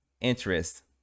interest